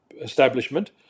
establishment